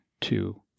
two